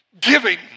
giving